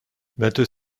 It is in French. vingt